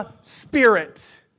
spirit